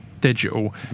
digital